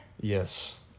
Yes